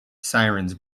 sirens